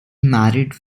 married